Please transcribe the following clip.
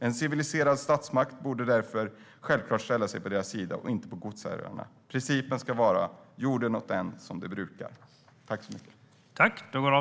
En civiliserad statsmakt borde självklart ställa sig på deras sida och inte på godsherrarnas. Principen skall vara: Jorden åt den som brukar den."